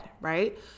right